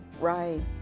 right